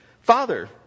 Father